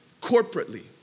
corporately